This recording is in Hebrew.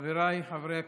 חבריי חברי הכנסת,